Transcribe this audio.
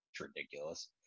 ridiculous